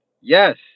Yes